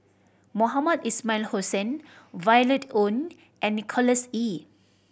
Mohamed Ismail Hussain Violet Oon and Nicholas Ee